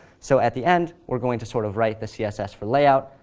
so at the end, we're going to sort of write the css for layout,